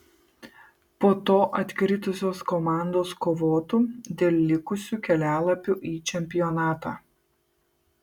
po to atkritusios komandos kovotų dėl likusių kelialapių į čempionatą